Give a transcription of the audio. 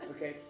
Okay